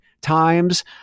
times